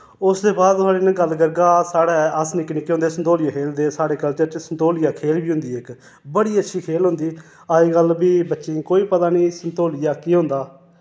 उस दे बाद थोआड़े कन्नै गल्ल करगा साढ़े अस निक्के निक्के होंदे संतोलिया खेलदे हे साढ़े कल्चर च संतोलिया खेल बी होंदी इक बड़ी अच्छी खेल होंदी अज्जकल बी बच्चें कोई पता नि संतोलिया केह् होंदा